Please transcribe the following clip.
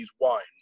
wine